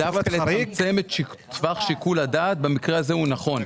זה דווקא לצמצם את טווח שיקול הדעת במקרה הזה הוא נכון.